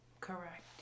Correct